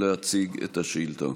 להציג את השאילתה.